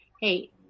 hey